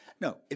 No